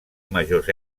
majors